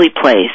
place